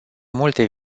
multe